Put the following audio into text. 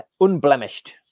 unblemished